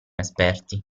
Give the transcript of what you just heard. esperti